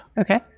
okay